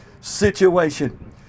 situation